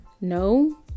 No